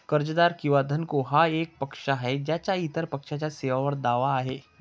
कर्जदार किंवा धनको हा एक पक्ष आहे ज्याचा इतर पक्षाच्या सेवांवर दावा आहे